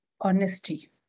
honesty